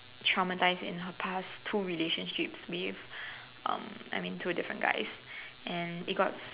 traumatised in her past two relationships with um I mean two different guys and it got